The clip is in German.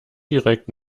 direkt